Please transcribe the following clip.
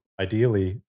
ideally